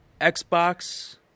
Xbox